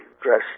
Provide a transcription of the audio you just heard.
dress